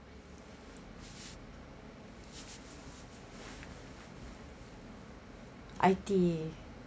I_T